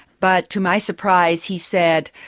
but to my surprise he said,